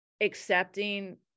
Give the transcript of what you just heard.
accepting